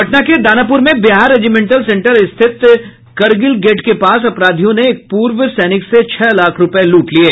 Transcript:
पटना के दानापुर में Bihar regimental centre स्थित करगिल गेट के पास अपराधियों ने एक पूर्व सैनिक से छह लाख रुपए लूट लिये